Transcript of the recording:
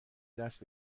دست